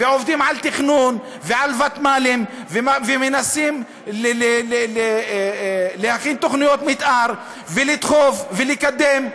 ועובדים על תכנון ועל ותמ"לים ומנסים להכין תוכניות מתאר ולדחוף ולקדם,